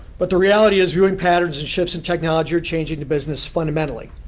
but the reality is viewing patterns and shifts in technology are changing the business fundamentally.